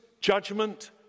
judgment